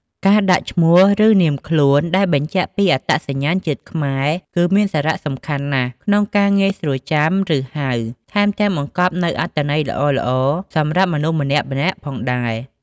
ការដាក់ឈ្មោះឬនាមខ្លួន ដែលបញ្ជាក់ពីអត្តសញ្ញាណជាតិខ្មែរគឺមានសារៈសំខាន់ណាស់ ក្នុងការងាយស្រួលចាំឫហៅ ថែមទាំងបង្កប់នូវអត្តន័យល្អៗសម្រាប់មនុស្សម្នាក់ៗផងដែរ។